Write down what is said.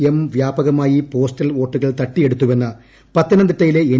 M വ്യാപകമായി postal വോട്ടുകൾ തട്ടിയെടുത്തുവെന്ന് പത്തനംതിട്ടയിലെ എൻ